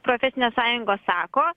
profesinės sąjungos sako